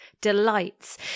delights